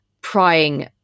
prying